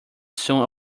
soon